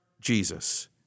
Jesus